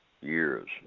Years